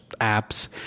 apps